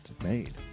made